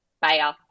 Bye